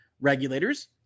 Regulators